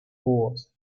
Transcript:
cubos